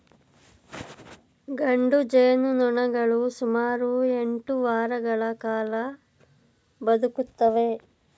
ಗಂಡು ಜೇನುನೊಣಗಳು ಸುಮಾರು ಎಂಟು ವಾರಗಳ ಕಾಲ ಬದುಕುತ್ತವೆ